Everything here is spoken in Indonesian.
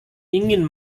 ingin